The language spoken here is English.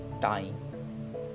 time